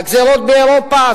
הגזירות באירופה,